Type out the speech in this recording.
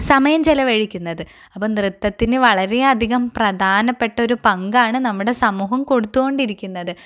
സമയം ചെലവഴിക്കുന്നത് അപ്പം നൃത്തതിന് വളരെയധികം പ്രധാപ്പെട്ട ഒരു പങ്കാണ് നമ്മുടെ സമൂഹം കൊടുത്തുകൊണ്ടിരിക്കുന്നത്